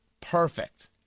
perfect